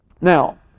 Now